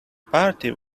party